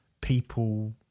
people